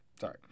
sorry